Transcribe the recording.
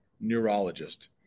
neurologist